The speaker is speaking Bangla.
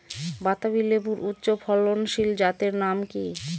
বাতাবি লেবুর উচ্চ ফলনশীল জাতের নাম কি?